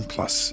Plus